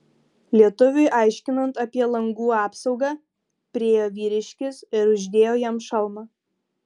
lietuviui aiškinant apie langų apsaugą priėjo vyriškis ir uždėjo jam šalmą